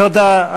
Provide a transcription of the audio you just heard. תודה.